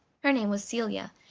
her name was celia,